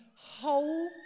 Whole